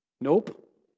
Nope